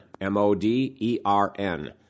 M-O-D-E-R-N